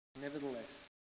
nevertheless